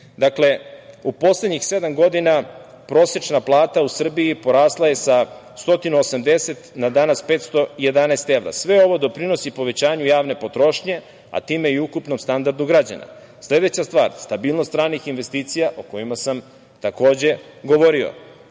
u poslednjih sedam godina prosečna plata u Srbiji porasla je sa 180 na danas 511 evra. Sve ovo doprinosi povećanju javne potrošnje, a time i ukupnom standardu građana. Sledeća stvar, stabilnost ranih investicija o kojima sam takođe govorio,